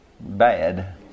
Bad